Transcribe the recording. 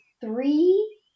three